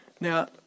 Now